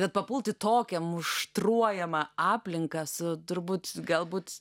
bet papulti į tokią muštruojamą aplinką su turbūt galbūt